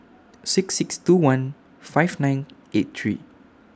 six six two one five nine eight three